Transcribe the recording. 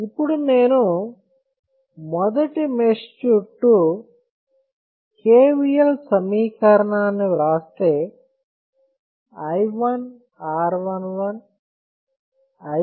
ఇప్పుడు నేను మొదటి మెష్ చుట్టూ KVL సమీకరణాన్ని వ్రాస్తే i1 R11